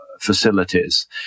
facilities